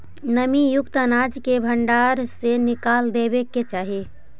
नमीयुक्त अनाज के भण्डार से निकाल देवे के चाहि